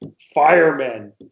firemen